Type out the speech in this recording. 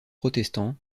protestant